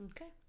Okay